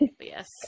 Yes